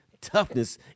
toughness